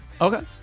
Okay